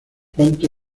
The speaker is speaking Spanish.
pronto